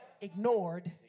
ignored